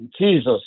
Jesus